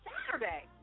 Saturday